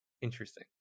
interesting